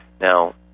Now